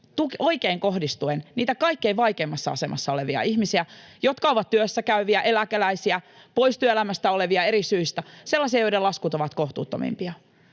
oikein kohdistuen erityisesti niitä kaikkein vaikeimmassa asemassa olevia ihmisiä, jotka ovat työssäkäyviä, eläkeläisiä, pois työelämästä olevia eri syistä, sellaisia, joiden laskut ovat kohtuuttomimpia.